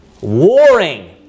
warring